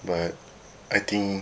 but I think